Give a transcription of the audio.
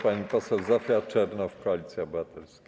Pani poseł Zofia Czernow, Koalicja Obywatelska.